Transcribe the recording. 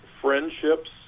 friendships